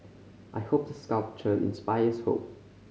I hope the sculpture inspires hope